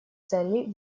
целей